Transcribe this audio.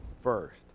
first